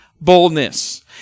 boldness